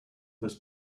this